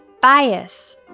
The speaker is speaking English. Bias